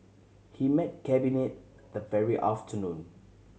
he met Cabinet that very afternoon